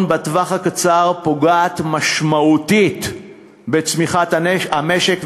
בטווח הקצר פוגע משמעותית בצמיחת המשק,